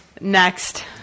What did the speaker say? Next